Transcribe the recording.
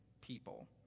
people